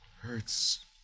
Hurts